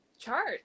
chart